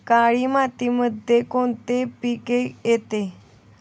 काळी मातीमध्ये कोणते पिके येते?